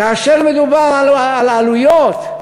כאשר מדובר על עלויות,